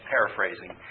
Paraphrasing